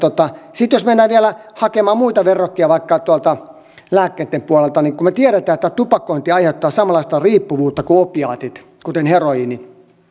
sitten jos mennään vielä hakemaan muita verrokkeja vaikka tuolta lääkkeitten puolelta niin kun me tiedämme että tupakointi aiheuttaa samanlaista riippuvuutta kuin opiaatit kuten heroiini